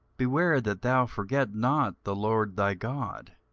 beware that thou forget not the lord thy god,